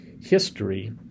history